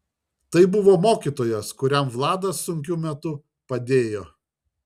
tai buvo mokytojas kuriam vladas sunkiu metu padėjo